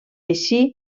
així